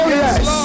yes